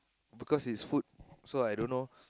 because is food so I don't know